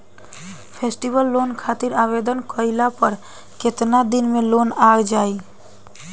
Festival loan खातिर आवेदन कईला पर केतना दिन मे लोन आ जाई?